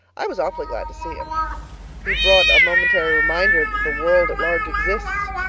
i was awfully glad to see him he brought a momentary reminder that the world at large exists.